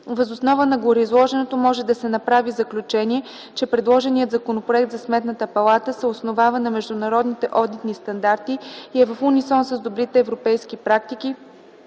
Въз основа на гореизложеното може да се направи заключение, че предложеният Законопроект за Сметната палата се основава на международните одитни стандарти и е в унисон с добрите европейски практики